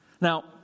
Now